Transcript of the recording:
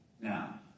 Now